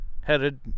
headed